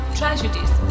tragedies